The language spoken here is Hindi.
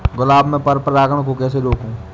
गुलाब में पर परागन को कैसे रोकुं?